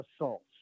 assaults